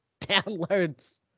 downloads